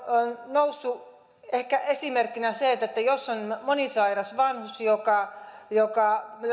noussut ehkä esimerkkinä se että jos on monisairas vanhus joka joka